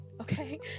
okay